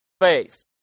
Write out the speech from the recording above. faith